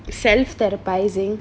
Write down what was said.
self therapizing